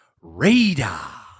Radar